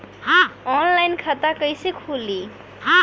Online खाता कईसे खुलि?